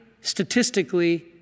statistically